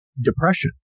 depression